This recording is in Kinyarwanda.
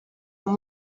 muri